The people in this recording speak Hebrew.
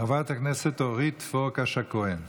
חברת הכנסת אורית פרקש הכהן,